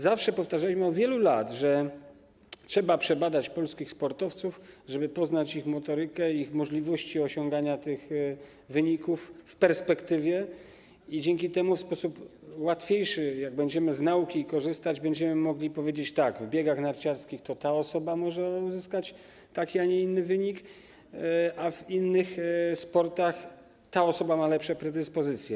Zawsze powtarzaliśmy, od wielu lat, że trzeba przebadać polskich sportowców, żeby poznać ich motorykę, ich możliwości osiągania wyników w perspektywie i dzięki temu w sposób łatwiejszy, gdy będziemy korzystać z nauki, będziemy mogli powiedzieć: Tak, w biegach narciarskich ta osoba może uzyskać taki, a nie inny wynik, a w innych sportach to ta osoba ma lepsze predyspozycje.